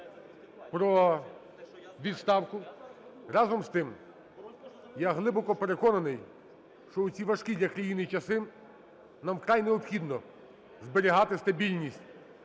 про відставку. Разом з тим, я глибоко переконаний, що в ці важкі для країни часи нам вкрай необхідно зберігати стабільність